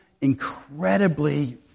incredibly